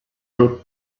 were